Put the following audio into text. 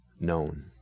known